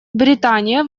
британия